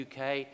UK